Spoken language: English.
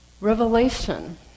Revelation